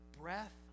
breath